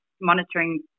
monitoring